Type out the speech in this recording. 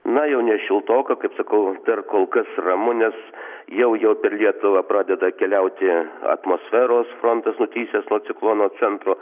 na jau ne šiltoka kaip sakau dar kol kas ramu nes jau jau per lietuvą pradeda keliauti atmosferos frontas nutįsęs nuo ciklono centro